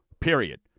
period